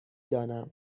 دانم